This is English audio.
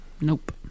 Nope